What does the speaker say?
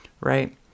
right